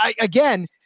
again